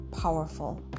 powerful